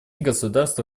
государства